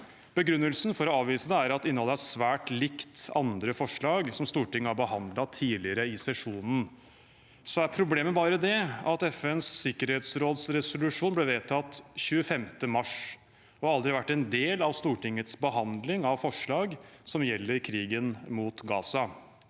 Begrunnelsen for å avvise er at innholdet er svært likt andre forslag som Stortinget har behandlet tidligere i sesjonen. Problemet er bare at FNs sikkerhetsråds resolusjon ble vedtatt 25. mars og aldri har vært en del av Stortingets behandling av forslag som gjelder krigen mot Gaza.